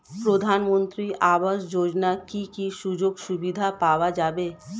প্রধানমন্ত্রী আবাস যোজনা কি কি সুযোগ সুবিধা পাওয়া যাবে?